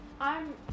I'm-